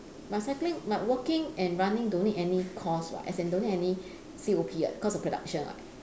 but cycling but walking and running don't need any cost [what] as in don't need any C_O_P [what] cost of production [what]